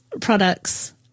products